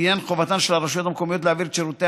לעניין חובתן של הרשויות המקומיות להעביר את שירותי